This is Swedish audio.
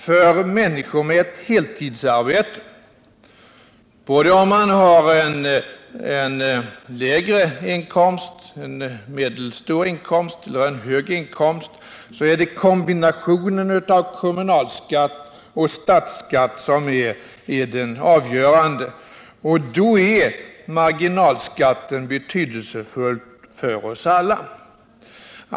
För människor med ett heltidsarbete — de som har en lägre inkomst, en medelstor inkomst eller en hög inkomst — är det kombinationen av kommunalskatt och statsskatt som är det avgörande. Då är marginalskatten betydelsefull för oss alla.